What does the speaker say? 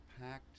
packed